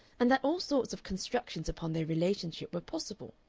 and that all sorts of constructions upon their relationship were possible,